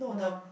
no ah